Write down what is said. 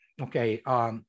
okay